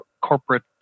corporate